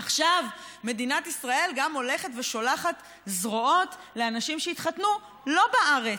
עכשיו מדינת ישראל גם הולכת ושולחת זרועות לאנשים שהתחתנו לא בארץ.